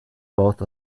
both